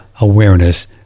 awareness